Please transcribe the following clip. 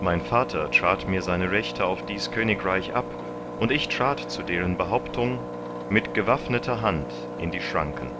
mein vater trat mir seine rechte auf dies königreich ab und ich trat zu deren behauptung mit gewaffneter hand in die schranken